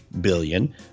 billion